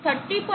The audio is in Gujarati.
7 થી 30